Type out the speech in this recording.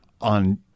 on